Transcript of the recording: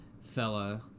fella